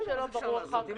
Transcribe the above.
אני